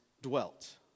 dwelt